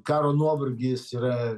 karo nuovargis yra